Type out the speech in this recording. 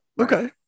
Okay